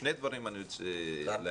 שני דברים אני רוצה להגיד.